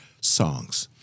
songs